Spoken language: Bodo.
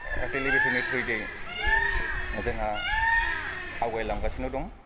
टेलिभिसननि थ्रौयै दिनै जोंहा आवगायलांगासिनो दं